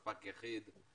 ספק יחיד,